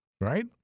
right